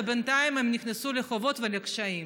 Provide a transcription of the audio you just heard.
ובינתיים הם נכנסו לחובות ולקשיים.